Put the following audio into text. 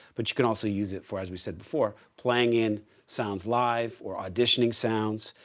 but you can also use it for, as we said before, playing in sounds live or auditioning sounds.